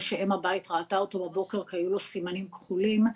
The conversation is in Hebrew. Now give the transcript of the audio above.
שאם הבית ראתה אותו בבוקר והיו לו סימנים כחולים.